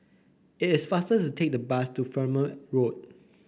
it is faster to take the bus to Fernvale Road